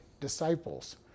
disciples